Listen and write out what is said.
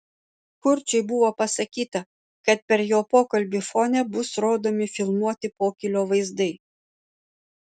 kurčiui buvo pasakyta kad per jo pokalbį fone bus rodomi filmuoti pokylio vaizdai